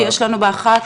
כי יש לנו ב-13:00